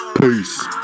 peace